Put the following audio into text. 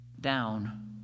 down